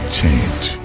change